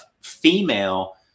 female